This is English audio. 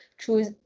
choose